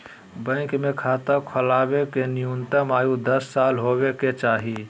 bank मे खाता खोलबावे के न्यूनतम आयु दस साल होबे के चाही